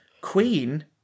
Queen